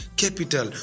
capital